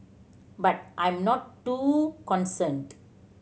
but I'm not too concerned